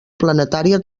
planetària